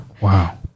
Wow